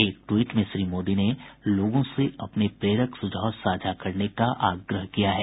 एक ट्वीट में श्री मोदी ने लोगों से अपने प्रेरक सुझाव साझा करने का आग्रह किया है